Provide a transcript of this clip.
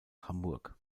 hamburg